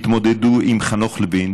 התמודדו עם חנוך לוין,